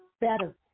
better